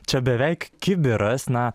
čia beveik kibiras na